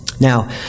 Now